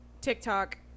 tiktok